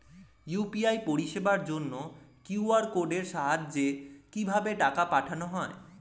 UPI পরিষেবার জন্য QR কোডের সাহায্যে কিভাবে টাকা পাঠানো হয়?